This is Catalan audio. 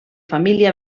família